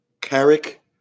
Carrick